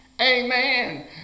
Amen